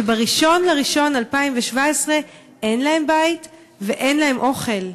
שב-1 בינואר 2017 אין להם בית ואין להם אוכל.